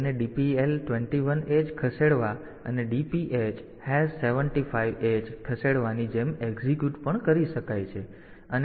તેથી તેને DPL 21H ખસેડવા અને DPH હેશ 75 H ખસેડવાની જેમ એક્ઝિક્યુટ પણ કરી શકાય છે અને અહીં A H હોવો જોઈએ